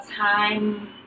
time